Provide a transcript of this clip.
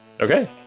Okay